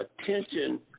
attention